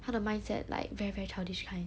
他的 mindset like very very childish kind